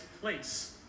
place